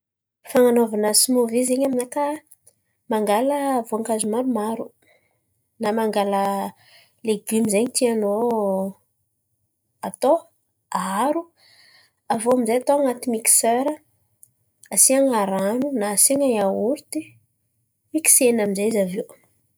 Fan̈anaovana simovy zen̈y aminakà, mangala voankazo maromaro na mangala legioma zen̈y tianao. Atao aharo, aviô aminjay atao an̈aty miksera. Asian̈a rano na asian̈a iaority. Miksena aminjay izy aviô.